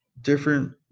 different